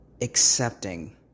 accepting